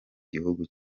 gihugu